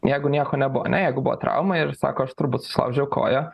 jeigu nieko nebuvo ane jeigu buvo trauma ir sako aš turbūt susilaužiau koją